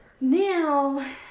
Now